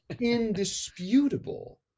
indisputable